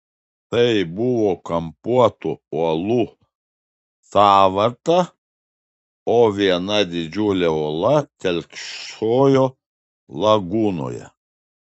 tai buvo kampuotų uolų sąvarta o viena didžiulė uola telkšojo lagūnoje